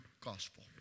gospel